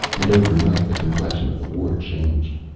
and overnight the complexion of the war changed.